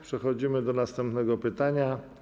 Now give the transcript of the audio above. Przechodzimy do następnego pytania.